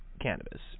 cannabis